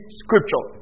scripture